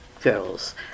girls